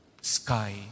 sky